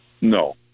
no